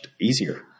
easier